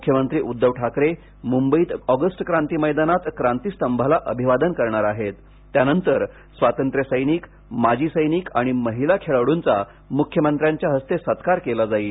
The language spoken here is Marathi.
मुख्यमंत्री उद्दव ठाकरे मुंबईत ऑगस्ट क्रांती मैदानात क्रांती स्तंभाला अभिवादन करणार आहेत त्यानंतर स्वातंत्र्य सैनिक माजी सैनिक आणि महिला खेळाडुंचा मुख्यमंत्र्याच्या हस्ते सत्कार केला जाईल